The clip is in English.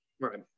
Right